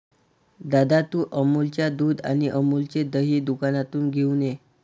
दादा, तू अमूलच्या दुध आणि अमूलचे दही दुकानातून घेऊन ये